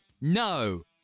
no